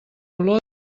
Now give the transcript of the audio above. olor